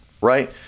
right